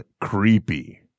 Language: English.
creepy